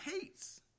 hates